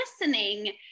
listening